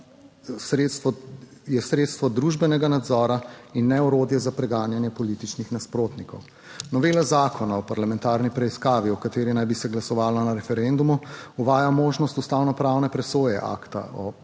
sredstvo družbenega nadzora in ne orodje za preganjanje političnih nasprotnikov. Novela zakona o parlamentarni preiskavi, o kateri naj bi se glasovalo na referendumu, uvaja možnost ustavnopravne presoje akta o